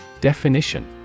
Definition